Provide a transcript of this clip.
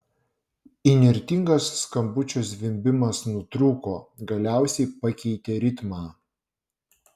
įnirtingas skambučio zvimbimas nutrūko galiausiai pakeitė ritmą